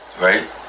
right